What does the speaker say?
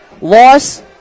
Loss